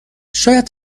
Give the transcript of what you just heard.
شاید